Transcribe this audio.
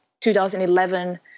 2011